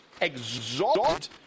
exalted